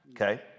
Okay